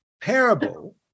parable